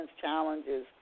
challenges